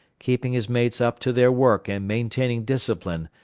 keeping his mates up to their work and maintaining discipline,